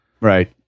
right